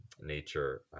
nature